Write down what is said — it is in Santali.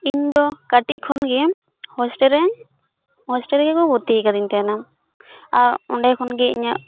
ᱤᱧ ᱫᱚ ᱠᱟᱹᱴᱤᱪ ᱠᱷᱚᱱ ᱜᱮ ᱦᱳᱥᱴᱮᱞ ᱨᱤᱧ ᱦᱳᱥᱴᱮᱞ ᱨᱮᱜᱮ ᱠᱚ ᱵᱷᱚᱨᱛᱤ ᱟᱠᱟᱫᱤᱧ ᱛᱟᱦᱮᱸᱱᱟ ᱟᱨ ᱚᱸᱰᱮ ᱠᱷᱚᱱ ᱜᱮ ᱤᱧᱟᱹᱜ